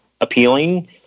appealing